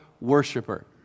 worshiper